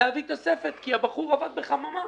כי הבחור עבד בחממה